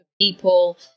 people